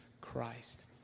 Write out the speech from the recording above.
Christ